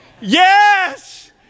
Yes